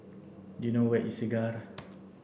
do you know where is Segar